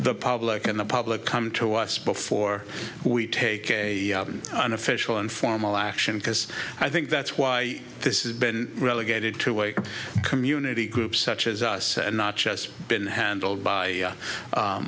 the public and the public come to us before we take a official informal action because i think that's why this is been relegated to a community group such as us and not just been handled by